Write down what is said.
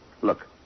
Look